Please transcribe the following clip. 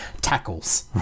tackles